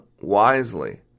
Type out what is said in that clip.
wisely